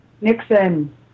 Nixon